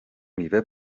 میوه